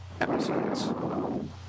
episodes